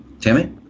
Tammy